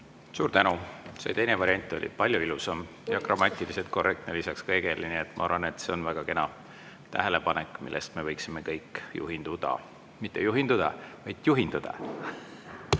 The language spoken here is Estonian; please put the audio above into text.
Suur tänu! See teine variant oli palju ilusam ja grammatiliselt korrektne lisaks kõigele. Nii et ma arvan, et see on väga kena tähelepanek, millest me võiksime kõik juhindu`da. Mitte juhindu`da, vaid `juhinduda.